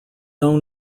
own